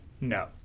no